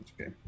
Okay